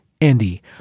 Andy